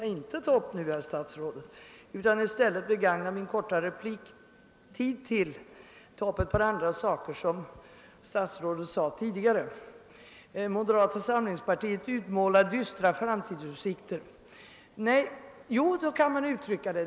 Jag skall i stället begagna min korta repliktid till att beröra ett par andra frågor som statsrådet tog upp i sitt anförande. Moderata samlingspartiet utmålar dystra framtidsutsikter, sade statsrådet.